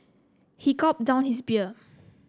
he gulped down his beer